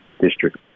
district